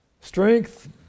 Strength